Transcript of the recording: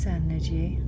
energy